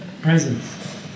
presence